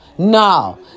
No